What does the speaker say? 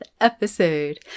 episode